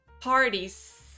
parties